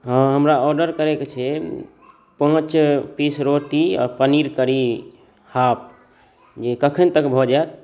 हँ हमरा ऑर्डर करयके छै पाँच पीस रोटी आ पनीर कढ़ी हाफ जे कखन तक भऽ जायत